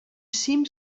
cim